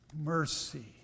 mercy